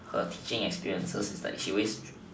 her teaching experiences is like she always